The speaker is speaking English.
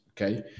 okay